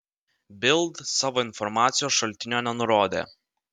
bild savo informacijos šaltinio nenurodė